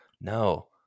no